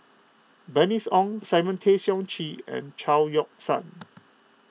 Bernice Ong Simon Tay Seong Chee and Chao Yoke San